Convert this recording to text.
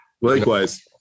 Likewise